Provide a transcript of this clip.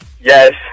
Yes